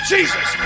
Jesus